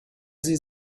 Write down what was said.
sie